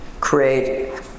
create